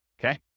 okay